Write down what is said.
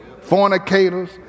fornicators